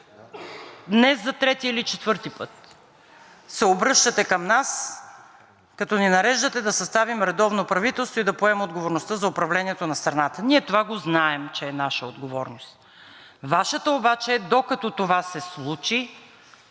Днес за трети или четвърти път се обръщате към нас, като ни нареждате да съставим редовно правителство и да поемем отговорността за управлението на страната. Ние това го знаем, че е наша отговорност. Вашата обаче е, докато това се случи,